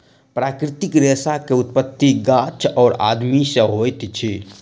प्राकृतिक रेशा के उत्पत्ति गाछ और आदमी से होइत अछि